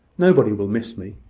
nobody will miss me.